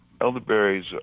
elderberries